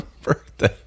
birthday